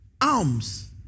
alms